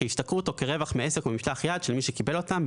כהשתכרות או כרווח מעסק או ממשלח יד של מי שקיבל אותם,